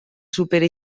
superi